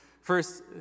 first